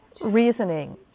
reasoning